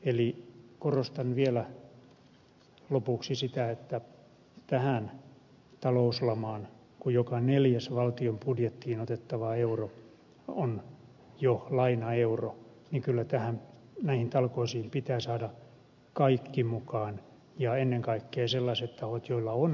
eli korostan vielä lopuksi sitä että tähän talouslamaan näihin talkoisiin kun joka neljäs valtion budjettiin otettava euro on jo lainaeuro pitää saada kaikki mukaan ja ennen kaikkea sellaiset tahot joilla on maksukykyä